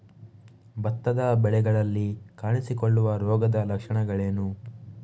ಭತ್ತದ ಬೆಳೆಗಳಲ್ಲಿ ಕಾಣಿಸಿಕೊಳ್ಳುವ ರೋಗದ ಲಕ್ಷಣಗಳೇನು?